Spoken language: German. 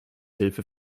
hilfe